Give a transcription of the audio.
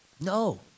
No